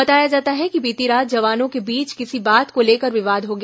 बताया जाता है कि बीती रात जवानों के बीच किसी बात को लेकर विवाद हो गया